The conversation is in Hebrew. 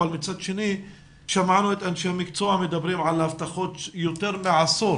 אבל מצד שני שמענו את אנשי המקצוע על הבטחות של יותר מעשור